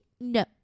No